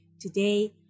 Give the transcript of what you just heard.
today